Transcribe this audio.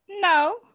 No